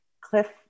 cliff